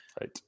Right